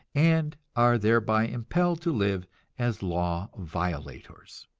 and are thereby impelled to live as law violators.